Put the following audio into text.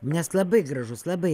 nes labai gražus labai